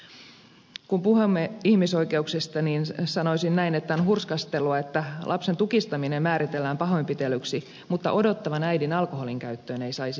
kun puhumme ihmisoikeuksista sanoisin näin että on hurskastelua että lapsen tukistaminen määritellään pahoinpitelyksi mutta odottavan äidin alkoholinkäyttöön ei saisi puuttua